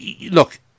look